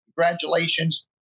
congratulations